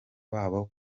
babo